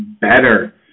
better